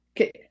Okay